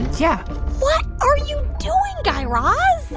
yeah what are you doing, guy raz?